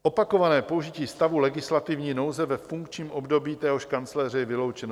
Opakované použití stavu legislativní nouze ve funkčním období téhož kancléře je vyloučeno.